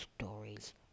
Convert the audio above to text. stories